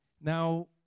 Now